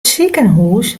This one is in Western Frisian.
sikehús